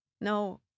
No